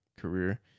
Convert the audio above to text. career